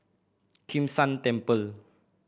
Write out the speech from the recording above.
Kim San Temple